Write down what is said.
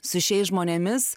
su šiais žmonėmis